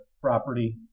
property